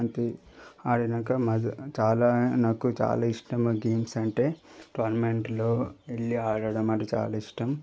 అంతే ఆడినాక చాలా నాకు చాలా ఇష్టం ఆ గేమ్స్ అంటే టోర్నమెంట్లో వెళ్ళి ఆడడం నాకు చాలా ఇష్టం